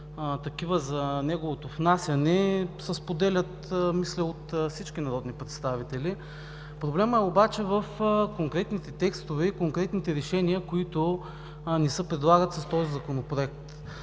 за неговото внасяне, се споделят, мисля, от всички народни представители. Проблемът обаче е в конкретните текстове и решения, които ни се предлагат с този Законопроект.